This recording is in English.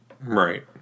Right